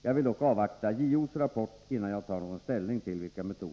Jag vill dock avvakta JO:s rapport innan jag tar ställning till vilka metoder som bör få användas.